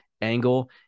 angle